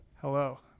Hello